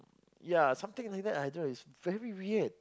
yeah something like that I don't know it's very weird